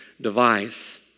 device